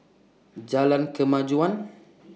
Jalan Kemajuan